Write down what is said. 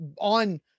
on